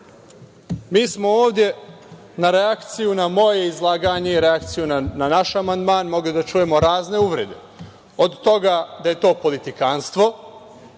mi smo ovde kao reakciju na moje izlaganje i reakciju na naš amandman mogli da čujemo razne uvrede. Od toga da je to politikanstvo,